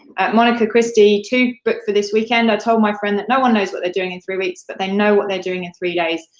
monica christie, two but for this weekend. i told my friend that no one knows what they're doing in three weeks, but they know what they're doing in three days,